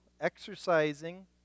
exercising